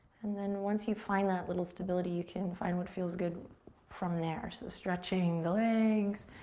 and then once you find that little stability, you can find what feels good from there. so stretching the legs,